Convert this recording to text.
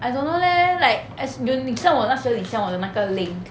I don't know leh like as y~ 你知道我那时候你 send 我的那个 link